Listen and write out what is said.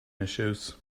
issues